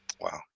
Wow